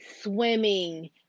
swimming